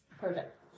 Perfect